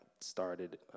started